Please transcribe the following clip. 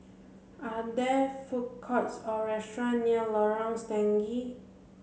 are there food courts or restaurant near Lorong Stangee